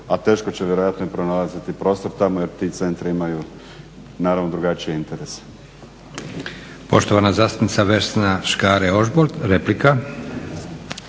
a teško će vjerojatno i pronalaziti prostor tamo jer ti centri imaju naravno drugačije interese.